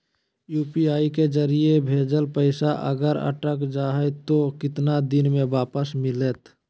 UPI के जरिए भजेल पैसा अगर अटक जा है तो कितना दिन में वापस मिलते?